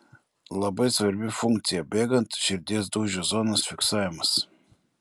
labai svarbi funkcija bėgant širdies dūžių zonos fiksavimas